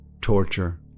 torture